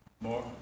more